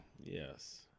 yes